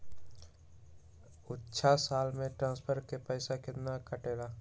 अछा साल मे ट्रांसफर के पैसा केतना कटेला?